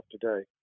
today